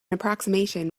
approximation